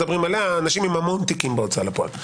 אנשים עם המון תיקים בהוצאה לפועל.